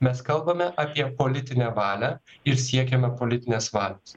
mes kalbame apie politinę valią ir siekiame politinės valios